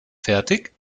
fertig